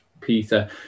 Peter